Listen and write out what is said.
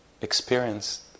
experienced